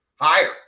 higher